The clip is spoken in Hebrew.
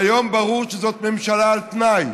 והיום ברור שזאת ממשלה על תנאי.